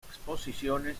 exposiciones